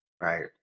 right